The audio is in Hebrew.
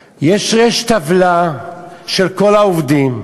משלם, יש טבלה של כל העובדים,